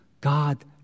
God